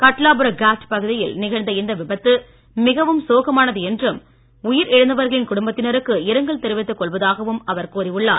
கட்லாபுரா காட் பகுதியில் நிகழ்ந்த இந்த விபத்து மிகவும் சோகமானது என்றும் உயிர் குடும்பத்தினருக்கு இரங்கல் தெரிவித்துக் இழந்தவர்களின் கொள்வதாகவும் அவர் கூறியுள்ளார்